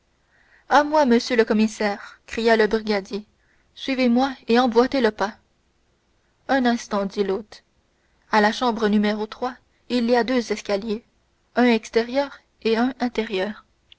à moi monsieur le commissaire cria le brigadier suivez-moi et emboîtez le pas un instant dit l'hôte à la chambre il y a deux escaliers un extérieur un intérieur